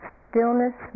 stillness